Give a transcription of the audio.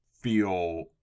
feel